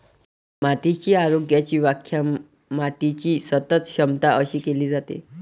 मातीच्या आरोग्याची व्याख्या मातीची सतत क्षमता अशी केली जाते